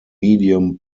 medium